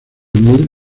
mil